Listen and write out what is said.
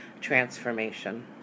transformation